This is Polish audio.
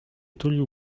tulił